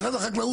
משרד החקלאות